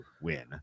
win